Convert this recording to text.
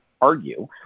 argue